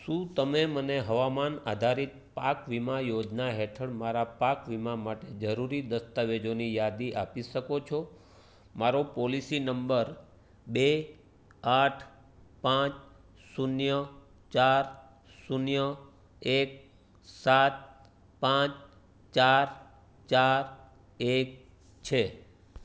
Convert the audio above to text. શું તમે મને હવામાન આધારિત પાક વીમા યોજના હેઠળ મારા પાક વીમા માટે જરૂરી દસ્તાવેજોની યાદી આપી શકો છો મારો પોલિસી નંબર બે આઠ પાંચ શૂન્ય ચાર શૂન્ય એક સાત પાંચ ચાર ચાર એક છે